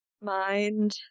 Mind